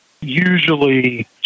usually